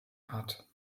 hat